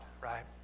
right